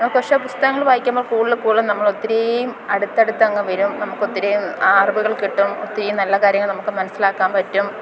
പക്ഷേ പുസ്തകങ്ങൾ വായിക്കുമ്പം കൂടുതൽ കൂടുതൽ നമ്മൾ ഒത്തിരിം അടുത്തടുത്തങ്ങ് വരും നമുക്കൊത്തിരിം അറിവുകൾ കിട്ടും ഒത്തിരിം നല്ല കാര്യങ്ങൾ നമുക്ക് മനസ്സിലാക്കാം പറ്റും